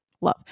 love